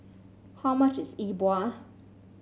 how much is Yi Bua